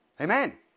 Amen